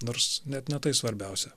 nors net ne tai svarbiausia